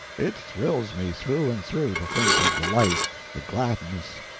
it thrills me through and through to think of the life, the gladness,